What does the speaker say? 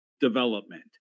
development